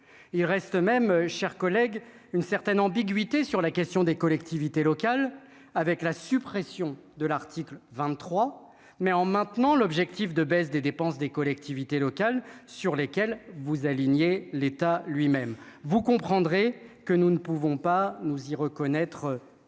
il reste même chers collègues une certaine ambiguïté sur la question des collectivités locales, avec la suppression de l'article 23 mai en maintenant l'objectif de baisse des dépenses des collectivités locales sur lesquelles vous alignez l'État lui-même, vous comprendrez que nous ne pouvons pas nous y reconnaître